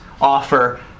offer